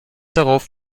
darauf